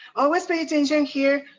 always pay attention here.